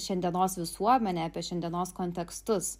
šiandienos visuomenę apie šiandienos kontekstus